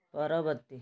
ପରବର୍ତ୍ତୀ